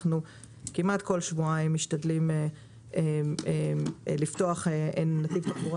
כמעט בכל שבועיים אנחנו משתדלים לפתוח נתיב תחבורה